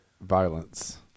violence